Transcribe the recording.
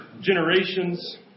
generations